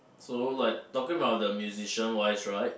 so like talking about the musician wise right